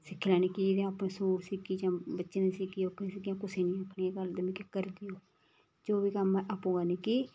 सिक्खी लैनी की जे अपने सूट सीगी जां बच्चे दे सीगी आ'ऊं कुसै नी आखनी एह् गल्ल जे मिगी करी देओ जो बी कम्म ऐ आपूं करनी कि